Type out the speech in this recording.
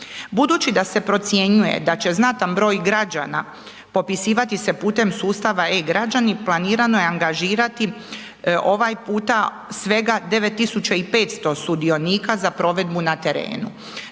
Budući da se procjenjuje da će znatan broj građana popisivati se sustava e-građani planirano je angažirati ovaj puta svega 9.500 sudionika za provedbu na terenu.